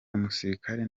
umusirikare